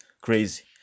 crazy